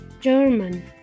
German